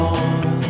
on